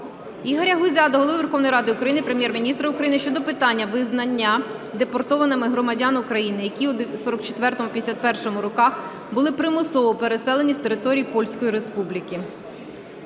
Ігоря Гузя до Голови Верховної Ради України, Прем'єр-міністра України щодо питання визнання депортованими громадян України, які у 1944-1951 роках були примусово переселені з території Польської Республіки.